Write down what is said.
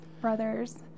Brothers